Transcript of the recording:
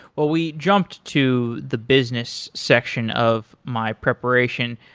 ah we jumped to the business section of my preparation.